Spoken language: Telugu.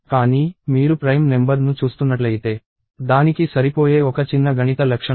కానీ మీరు ప్రైమ్ నెంబర్ ను చూస్తున్నట్లయితే దానికి సరిపోయే ఒక చిన్న గణిత లక్షణం ఉంది